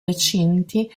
recinti